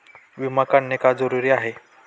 विमा काढणे का जरुरी आहे?